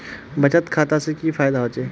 बचत खाता से की फायदा होचे?